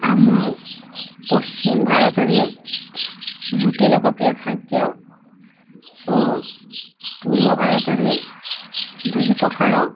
ଆମ ପଶ୍ଚିମ ଭାରତରେ ରୁଟି ଲୋକପ୍ରିୟ ଖାଦ୍ୟ ଓ ପୂର୍ବ ଭାରତରେ ଦହି ପଖାଳ